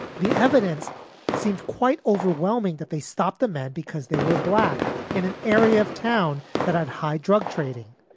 the evidence seemed quite overwhelming that they stopped the men because they were black in an area of town that had high drug trading.